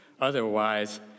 otherwise